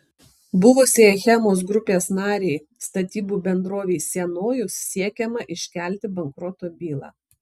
buvusiai achemos grupės narei statybų bendrovei sienojus siekiama iškelti bankroto bylą